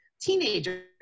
teenagers